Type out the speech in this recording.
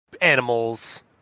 animals